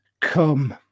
come